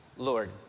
Lord